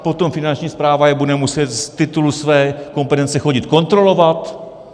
Potom Finanční správa je bude muset z titulu své kompetence chodit kontrolovat.